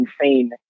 insane